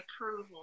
approval